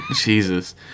Jesus